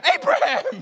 Abraham